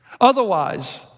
Otherwise